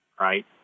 right